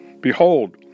Behold